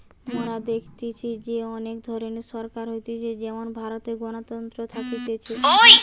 মোরা দেখেছি যে অনেক ধরণের সরকার হতিছে যেমন ভারতে গণতন্ত্র থাকতিছে